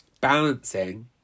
balancing